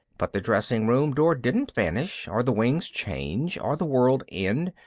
but the dressing room door didn't vanish, or the wings change, or the world end,